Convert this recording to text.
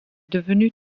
devenue